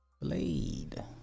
Blade